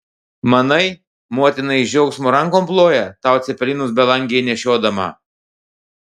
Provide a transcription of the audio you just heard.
manai motina iš džiaugsmo rankom ploja tau cepelinus belangėn nešiodama